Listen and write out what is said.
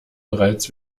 bereits